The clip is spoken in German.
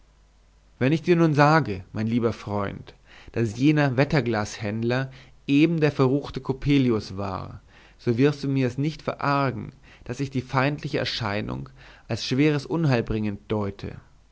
wenn ich dir nun sage mein herzlieber freund daß jener wetterglashändler eben der verruchte coppelius war so wirst du mir es nicht verargen daß ich die feindliche erscheinung als schweres unheil bringend deute